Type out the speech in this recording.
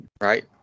right